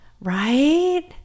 Right